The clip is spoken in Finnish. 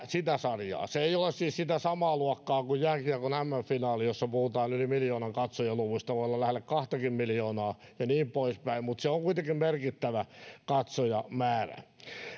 sitä sarjaa se ei ole siis sitä samaa luokkaa kuin jääkiekon mm finaali jossa puhutaan yli miljoonan katsojaluvuista voi olla lähelle kahtakin miljoonaa ja niin poispäin mutta se on kuitenkin merkittävä katsojamäärä